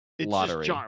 lottery